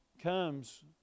comes